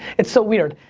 it's so weird,